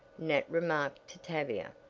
nat remarked to tavia,